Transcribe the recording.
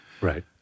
Right